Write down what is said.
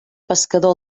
pescador